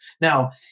Now